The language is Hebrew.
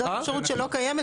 זאת אפשרות שלא קיימת.